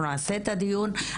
אנחנו נעשה את הדיון,